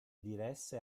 diresse